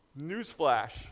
newsflash